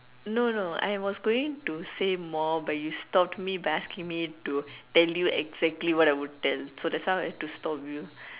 no no I was going to say more but you stopped me by asking me to tell you exactly what I would tell so that's why I had to stop you